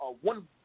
one